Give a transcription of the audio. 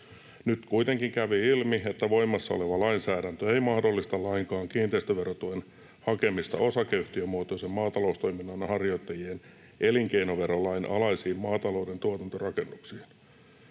Nyt kuitenkin kävi ilmi, että voimassa oleva lainsäädäntö ei mahdollista lainkaan kiinteistöverotuen hakemista osakeyhtiömuotoisen maataloustoiminnan harjoittajien elinkeinoverolain alaisiin maatalouden tuotantorakennuksiin.